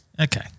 Okay